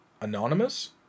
Anonymous